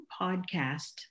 podcast